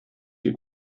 you